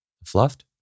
fluffed